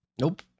Nope